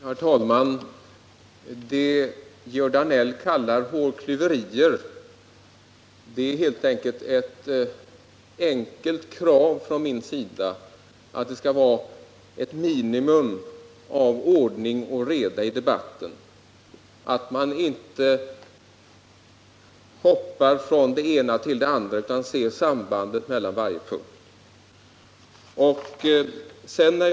Herr talman! Det som Georg Danell kallar hårklyverier är ett enkelt krav från min sida att det skall vara ett minimum av ordning och reda i debatten, att man inte hoppar omkring hur som helst utan ser sambandet mellan varje punkt.